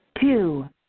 two